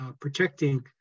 protecting